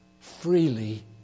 freely